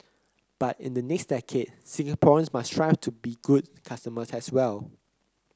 but in the next decade Singaporeans must strive to be good customers as well